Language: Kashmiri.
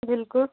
بِلکُل